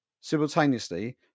simultaneously